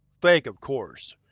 fake, of course,